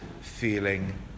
feeling